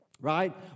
right